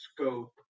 scope